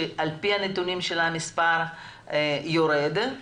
שהמספר יורד.